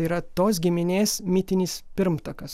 tai yra tos giminės mitinis pirmtakas